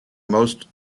most